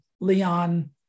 Leon